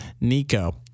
Nico